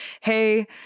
hey